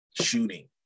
shooting